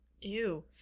Ew